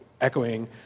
echoing